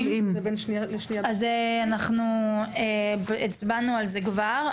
אנחנו הצבענו על זה כבר,